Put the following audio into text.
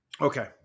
Okay